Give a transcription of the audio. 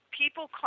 people